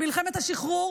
במלחמת השחרור